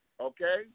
Okay